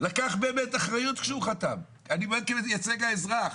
לקח באמת כשהוא חתם כמייצג האזרח.